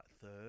third